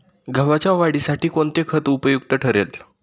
गव्हाच्या वाढीसाठी कोणते खत उपयुक्त ठरेल?